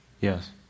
Yes